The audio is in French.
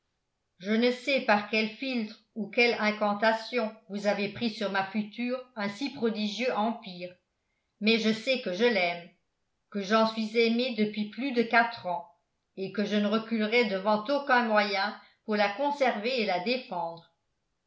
je ne sais par quel philtre ou quelle incantation vous avez pris sur ma future un si prodigieux empire mais je sais que je l'aime que j'en suis aimé depuis plus de quatre ans et que je ne reculerai devant aucun moyen pour la conserver et la défendre